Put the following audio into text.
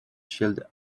child